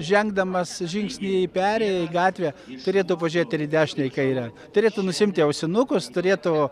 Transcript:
žengdamas žingsnį į perėją į gatvę turėtų pažiūrėt ir į dešinę į kairę turėtų nusiimti ausinukus turėtų